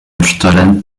restaurante